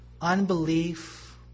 Unbelief